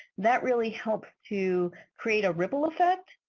that really helps to create a ripple effect.